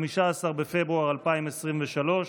15 בפברואר 2023,